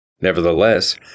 Nevertheless